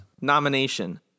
nomination